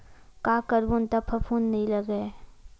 का करबो त फफूंद नहीं लगय?